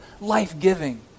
life-giving